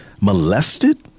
molested